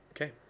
Okay